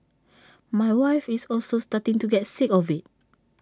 my wife is also starting to get sick of IT